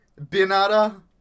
Binata